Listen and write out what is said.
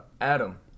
Adam